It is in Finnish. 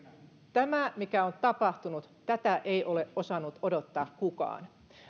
tätä mikä on tapahtunut ei ole osannut odottaa kukaan